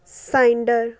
ਸਾਈਂਡਰ